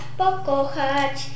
pokochać